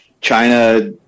China